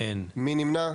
מי נמנע?